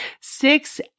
six